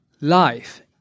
life